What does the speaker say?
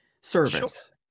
service